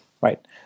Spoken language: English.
right